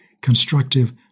constructive